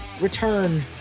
return